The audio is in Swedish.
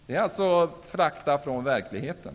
Det är alltså fakta från verkligheten.